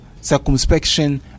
circumspection